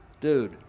Dude